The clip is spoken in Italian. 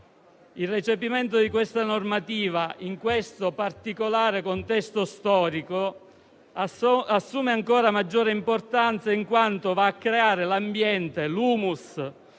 Il recepimento di questa normativa in questo particolare contesto storico assume ancora maggiore importanza, in quanto va a creare l'ambiente, l'*humus*